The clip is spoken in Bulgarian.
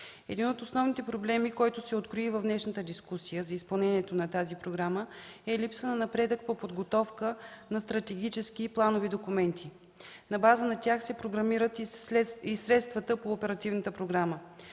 Един от основните проблеми, който се открои и в днешната дискусия за изпълнението на тази програма, е липса на напредък по подготовка на стратегически и планови документи. На базата на тях се програмират и средствата по Оперативната програма.